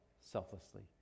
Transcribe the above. selflessly